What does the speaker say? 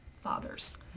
fathers